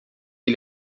ele